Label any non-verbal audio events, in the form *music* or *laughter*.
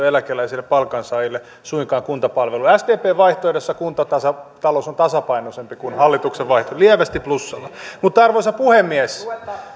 *unintelligible* eläkeläisille ja palkansaajille suinkaan kuntapalveluilla sdpn vaihtoehdossa kuntatalous on tasapainoisempi kuin hallituksen vaihtoehto lievästi plussalla mutta arvoisa puhemies